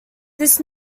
this